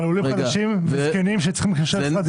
אבל מה עם עולים חדשים וזקנים שצריכים להיכנס לדירה?